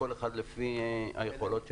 כל אחד לפי היכולות שלו.